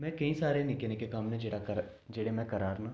में केईं सारे निक्के निक्के कम्म में जेह्ड़ा करै जेह्ड़े में करै'रना